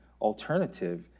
alternative